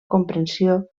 comprensió